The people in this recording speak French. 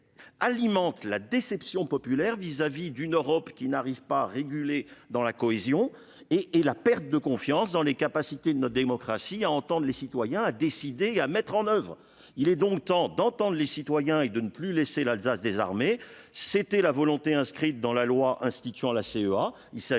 alimentent la déception populaire vis-à-vis d'une Europe qui n'arrive pas à réguler dans la cohésion, ainsi que la perte de confiance dans les capacités de notre démocratie à entendre les citoyens, à décider et à mettre en oeuvre. Il est donc temps d'entendre les citoyens et de ne plus laisser l'Alsace désarmée. C'était la volonté inscrite dans la loi instituant la CEA.